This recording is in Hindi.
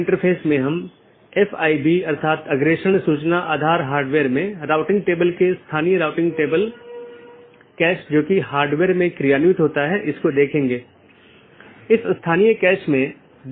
इसलिए पथ का वर्णन करने और उसका मूल्यांकन करने के लिए कई पथ विशेषताओं का उपयोग किया जाता है और राउटिंग कि जानकारी तथा पथ विशेषताएं साथियों के साथ आदान प्रदान करते हैं इसलिए जब कोई BGP राउटर किसी मार्ग की सलाह देता है तो वह मार्ग विशेषताओं को किसी सहकर्मी को विज्ञापन देने से पहले संशोधित करता है